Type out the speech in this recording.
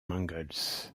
mangles